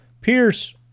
Pierce